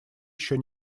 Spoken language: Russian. еще